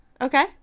Okay